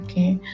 Okay